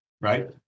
right